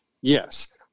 yes